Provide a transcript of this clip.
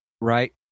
Right